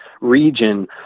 region